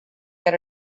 get